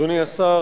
אדוני השר,